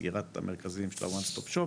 סגירת המרכזים של ה-וון סטופ שופ